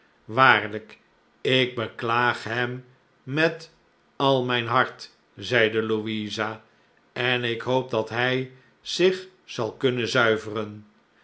waarlijk ik beklaag hem met al mijn hart zeide louisa en ik hoop dat hij zich zal kunnen zuiveren